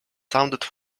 sounded